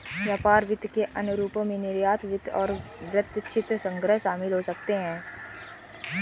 व्यापार वित्त के अन्य रूपों में निर्यात वित्त और वृत्तचित्र संग्रह शामिल हो सकते हैं